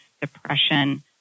depression